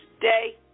day